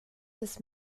des